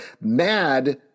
mad